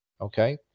Okay